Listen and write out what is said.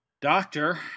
Doctor